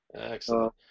Excellent